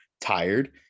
tired